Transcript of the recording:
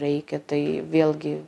reikia tai vėlgi